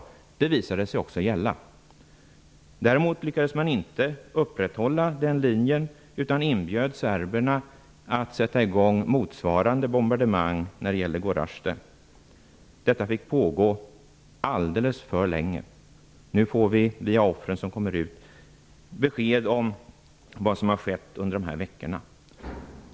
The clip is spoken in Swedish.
Det har också visat sig gälla. Den linjen har inte upprätthållits, utan serberna har inbjudits att sätta i gång motsvarande bombardemang av Gorazde. Detta har fått pågå alldeles för länge. Nu ger de offer som har kommit ut ur staden besked om vad som har skett under dessa veckor.